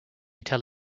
tel